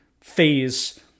phase